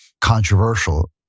controversial